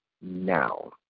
now